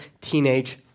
teenage